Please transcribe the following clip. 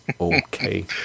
okay